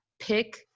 pick